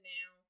now